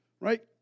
right